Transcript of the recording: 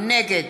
נגד